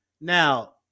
Now